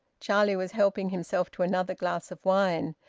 charlie was helping himself to another glass of wine.